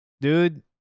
dude